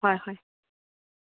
ꯍꯣꯏ ꯍꯣꯏ